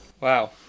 Wow